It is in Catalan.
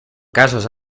casos